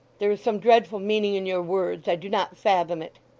there is some dreadful meaning in your words. i do not fathom it